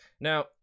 Now